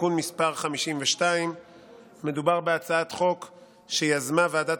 (תיקון מס' 52). מדובר בהצעת חוק שיזמה ועדת